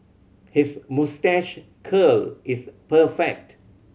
his moustache curl is perfect